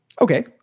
Okay